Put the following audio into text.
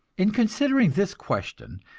in considering this question,